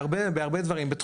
בהרבה דברים.